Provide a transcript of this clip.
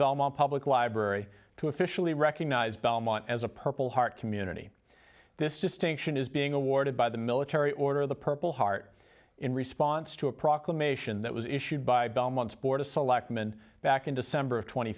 belmont public library to officially recognize belmont as a purple heart community this distinction is being awarded by the military order of the purple heart in response to a proclamation that was issued by belmont's board of selectmen back in december of tw